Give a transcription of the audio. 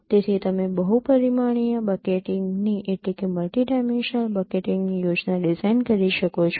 તેથી તમે બહુ પરિમાણીય બકેટિંગની યોજના ડિઝાઇન કરી શકો છો